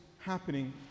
happening